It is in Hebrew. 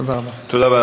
תודה רבה.